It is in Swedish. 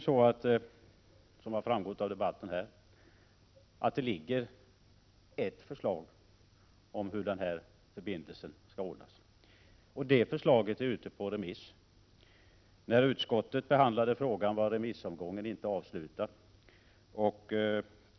Som har framgått av denna debatt finns det ett förslag om hur dessa förbindelser skall ordnas, och detta förslag är ute på remiss. När utskottet behandlade frågan var remissomgången inte avslutad.